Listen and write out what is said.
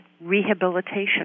rehabilitation